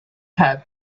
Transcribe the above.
cup